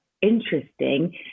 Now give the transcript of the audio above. interesting